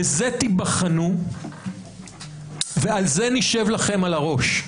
בזה תיבחנו ועל זה נשב לכם על הראש,